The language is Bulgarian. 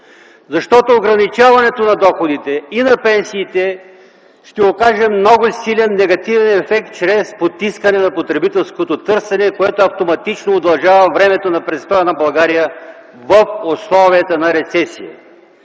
Защото, ограничаването на доходите и на пенсиите ще окаже много силен негативен ефект чрез подтискане на потребителското търсене, което автоматично удължава времето на престоя на България в условията на рецесия.